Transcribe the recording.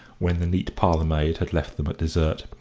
when the neat parlourmaid had left them at dessert,